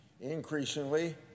Increasingly